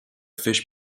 fish